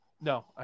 No